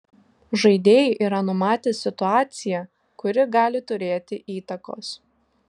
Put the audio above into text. žaidėjai yra numatę situaciją kuri gali turėti įtakos